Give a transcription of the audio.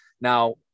Now